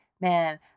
man